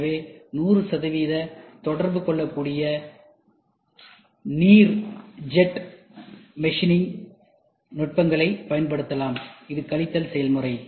எனவே 100 சதவிகித தொடர்பு கொள்ளக்கூடிய நீர் ஜெட் மெஷினிங் நுட்பங்களைப் பயன்படுத்தலாம் இது கழித்தல் செயல்முறை